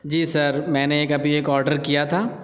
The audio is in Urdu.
جی سر میں نے ایک ابھی ایک آڈر کیا تھا